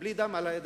"בלי דם על הידיים".